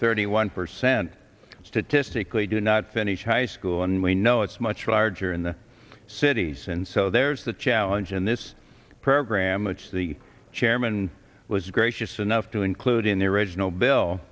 thirty one percent statistically do not finish high school and we know it's much larger in the cities and so there's the challenge and this program which the chairman was gracious enough to include in the original bill